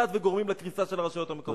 יד וגורמים לקריסה של הרשויות המקומיות.